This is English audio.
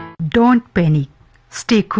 don't pay any state